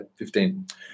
15